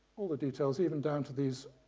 all the details even down to these